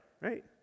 right